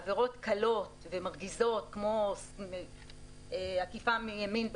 עבירות קלות ומרגיזות כמו עקיפה מימין.